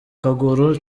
kaguru